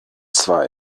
zwar